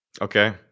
Okay